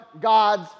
God's